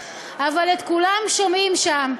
אבל את כולם שומעים שם.